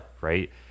right